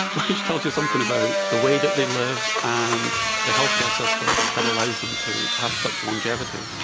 which tells you something about the way that they live and the healthcare system that allows them to have such longevity.